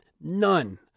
None